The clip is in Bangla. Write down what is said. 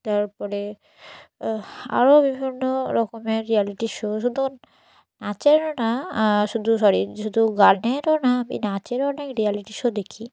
তার পরে আরও বিভিন্ন রকমের রিয়ালিটি শো শুধু নাচেরও না শুধু সরি শুধু গানেরও না আমি নাচেরও অনেক রিয়ালিটি শো দেখি